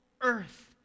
earth